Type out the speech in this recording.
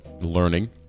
learning